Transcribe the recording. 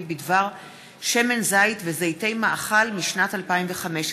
בדבר שמן זית וזיתי מאכל משנת 2015,